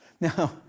Now